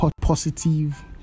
positive